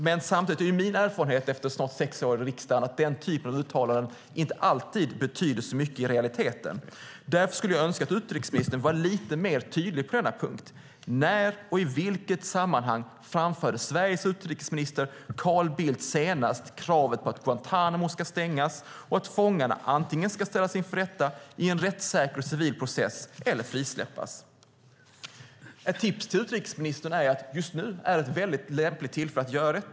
Men samtidigt är min erfarenhet efter snart sex år i riksdagen att denna typ av uttalanden inte alltid betyder så mycket i realiteten. Därför skulle jag önska att utrikesministern vore lite mer tydlig på denna punkt. När och i vilket sammanhang framförde Sveriges utrikesminister Carl Bildt senast kravet på att Guantánamo ska stängas och att fångarna antingen ska ställas inför rätta i en rättssäker civil process eller frisläppas? Ett tips till utrikesministern är att just nu är ett lämpligt tillfälle att göra det.